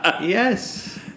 Yes